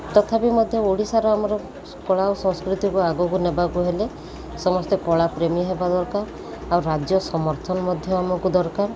ତଥାପି ମଧ୍ୟ ଓଡ଼ିଶାର ଆମର କଳା ଓ ସଂସ୍କୃତିକୁ ଆଗକୁ ନେବାକୁ ହେଲେ ସମସ୍ତେ କଳାପ୍ରେମୀ ହେବା ଦରକାର ଆଉ ରାଜ୍ୟ ସମର୍ଥନ ମଧ୍ୟ ଆମକୁ ଦରକାର